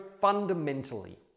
fundamentally